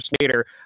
later